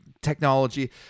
technology